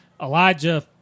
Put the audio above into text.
Elijah